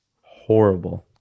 Horrible